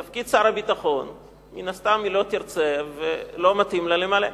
את תפקיד שר הביטחון מן הסתם היא לא תרצה ולא מתאים לה למלא.